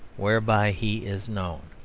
whereby he is known.